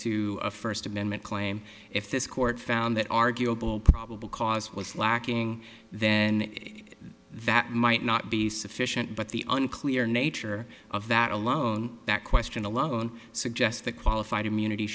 to a first amendment claim if this court found that arguable probable cause was lacking then that might not be sufficient but the unclear nature of that alone that question alone suggests the qualified immunity